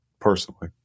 Personally